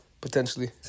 Potentially